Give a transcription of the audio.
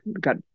got